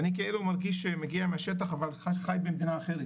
ואני כאילו מרגיש שמגיע מהשטח אבל חי במדינה אחרת,